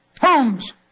Holmes